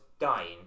dying